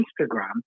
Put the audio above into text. Instagram